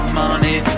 money